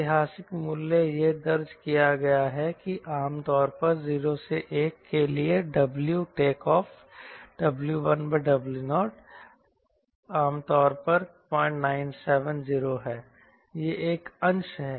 ऐतिहासिक मूल्य यह दर्ज किया गया है कि आम तौर पर 0 से 1 के लिए डब्ल्यू टेक ओफ W1W0 आमतौर पर 0970 है यह एक अंश है